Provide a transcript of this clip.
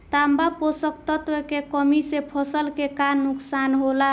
तांबा पोषक तत्व के कमी से फसल के का नुकसान होला?